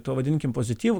to vadinkim pozityvu